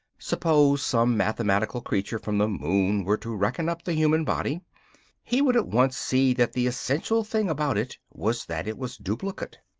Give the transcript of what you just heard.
suppose some mathematical creature from the moon were to reckon up the human body he would at once see that the essential thing about it was that it was duplicate.